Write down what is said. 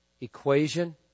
equation